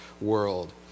world